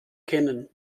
kennen